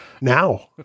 Now